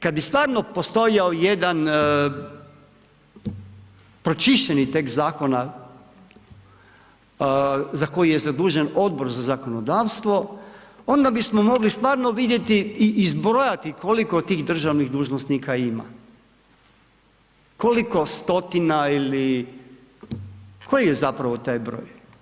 Kada bi stvarno postojao jedan pročišćeni tekst zakona za koji je zadužen Odbor za zakonodavstvo onda bismo mogli stvarno vidjeti i izbrojati koliko tih državnih dužnosnika ima, koliko stotina ili koji je zapravo taj broj.